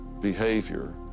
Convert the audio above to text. behavior